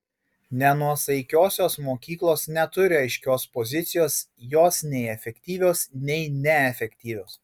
nenuosaikiosios mokyklos neturi aiškios pozicijos jos nei efektyvios nei neefektyvios